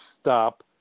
stop